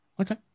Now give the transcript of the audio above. Okay